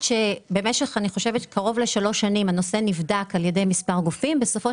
במשך קרוב לשלוש שנים הנושא נבדק על ידי מספר גופים ובסופו